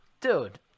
Dude